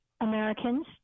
Americans